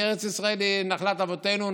כי ארץ ישראל היא נחלת אבותינו,